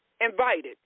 invited